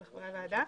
על חברי הוועדה.